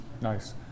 nice